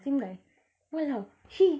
same guy !walao! he